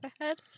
ahead